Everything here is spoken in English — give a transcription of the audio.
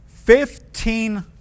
Fifteen